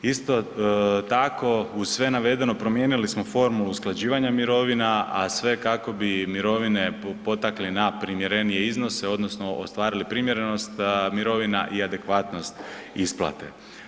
Isto tako uz sve navedeno promijenili smo formu usklađivanja mirovina, a sve kako bi mirovine potakli na primjerenije iznose odnosno ostvarili primjerenost mirovina i adekvatnost isplate.